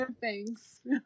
Thanks